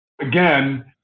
Again